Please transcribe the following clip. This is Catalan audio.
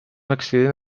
accident